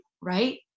right